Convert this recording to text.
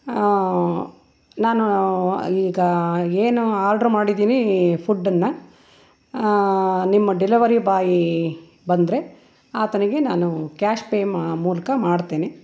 ನಾನು ಈಗ ಏನು ಆರ್ಡ್ರು ಮಾಡಿದ್ದೀನಿ ಫುಡ್ಡನ್ನು ನಿಮ್ಮ ಡೆಲವರಿ ಬಾಯಿ ಬಂದರೆ ಆತನಿಗೆ ನಾನು ಕ್ಯಾಶ್ ಪೇ ಮ ಮೂಲಕ ಮಾಡ್ತೀನಿ